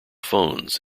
phones